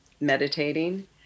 meditating